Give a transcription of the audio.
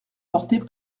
porter